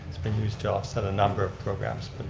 it's been used to offset a number of programs.